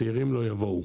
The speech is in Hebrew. הצעירים לא יבואו.